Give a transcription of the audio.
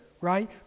right